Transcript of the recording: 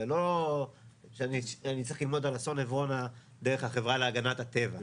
ולא שאני אצטרך ללמוד על אסון עברונה דרך החברה להגנת הטבע,